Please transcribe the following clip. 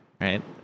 Right